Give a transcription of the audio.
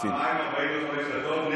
פעמיים 45 דקות.